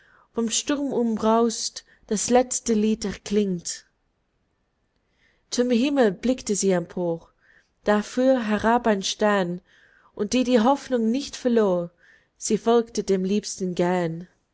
um braust das letzte lied erklingt zum himmel blickte sie empor da fuhr herab ein stern und die die hoffnung nicht verlor sie folgte dem liebsten gern